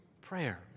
prayer